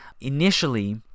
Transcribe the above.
initially